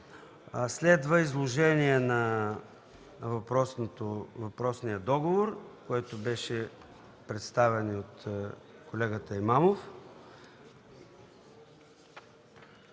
Следва изложение на въпросния договор, което беше представено и от колегата Имамов.